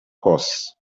costs